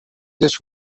this